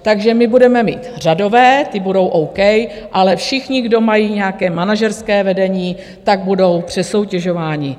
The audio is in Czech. Takže my budeme mít řadové, ti budou OK, ale všichni, kdo mají nějaké manažerské vedení, tak budou přesoutěžováni.